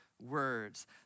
words